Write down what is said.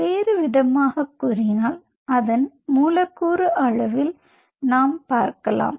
வேறுவிதமாகக் கூறினால் அதன் மூலக்கூறு அளவில் நாம் பார்க்கலாம்